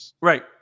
Right